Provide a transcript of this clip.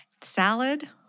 salad